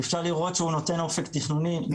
ניתן לראות שהוא נותן אופק תכנוני מאוד מאוד רחב.